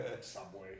Subway